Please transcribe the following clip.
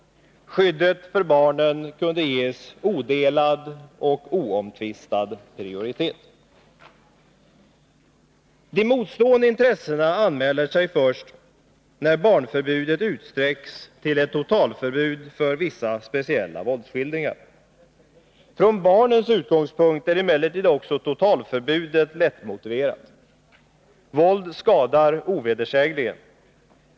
Skyddet för barnen kunde ges odelad och oomtvistad prioritet. De motstående intressena anmälde sig när riksdagsmajoriteten ville utsträcka barnförbudet till ett totalförbud för vissa speciella våldsskildringar. Från barnens utgångspunkt är emellertid också totalförbudet lättmotiverat. Våld skadar ovedersägligen.